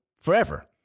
Forever